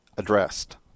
Addressed